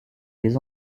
des